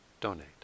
donate